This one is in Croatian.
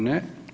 Ne.